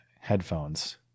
headphones